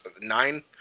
nine